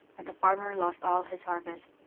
and the farmer lost all his harvest.